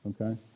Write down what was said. Okay